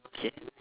okay